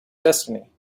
destiny